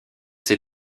ses